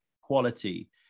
quality